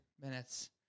minutes